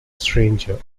stranger